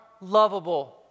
lovable